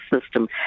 system